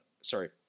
sorry